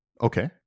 okay